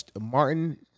Martin